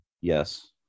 yes